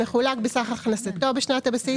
מחולק בסך הכנסתו בשנת הבסיס,